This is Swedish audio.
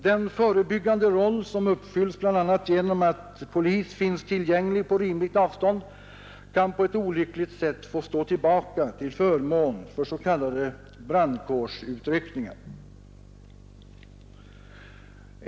Den förebyggande roll som polisen har om den finns tillgänglig på rimligt avstånd kan på ett olyckligt sätt få stå tillbaka till förmån för s.k. brandkårsutryckningar.